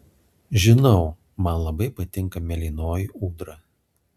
žinau man labai patinka mėlynoji ūdra